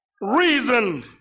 reason